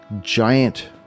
giant